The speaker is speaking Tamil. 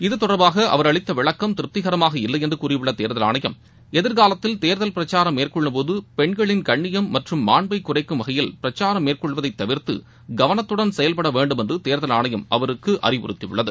இது தொடர்பாக அவர் அளித்த விளக்கம் திருப்திகரமாக இல்லையென்று கூறியுள்ள தேர்தல் ஆணையம் எதிர்காலத்தில் தேர்தல் பிரசாரம் மேற்கொள்ளும்போது பென்களின் கண்னியம் மற்றும் மாண்பை குறைக்கும் வகையில் பிரசாரம் மேற்னெள்வதை தவிர்த்து கவனத்துடன் செயல்பட வேண்டும் என்று தேர்தல் ஆனையம் அவருக்கு அறிவுறுத்தியுள்ளது